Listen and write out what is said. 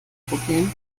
problem